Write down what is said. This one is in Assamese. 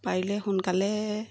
পাৰিলে সোনকালে